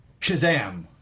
Shazam